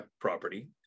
property